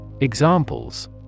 Examples